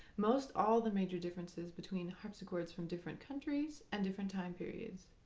most all the major differences between harpsichords from different countries and different time periods.